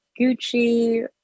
Gucci